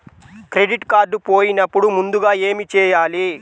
Credit card పోయినపుడు ముందుగా ఏమి చేయాలి?